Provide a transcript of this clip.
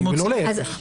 ולא להפך.